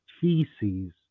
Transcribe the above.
feces